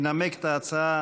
ינמק את ההצעה